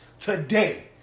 today